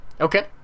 Okay